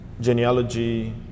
genealogy